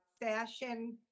fashion